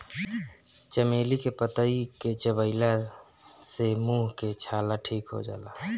चमेली के पतइ के चबइला से मुंह के छाला ठीक हो जाला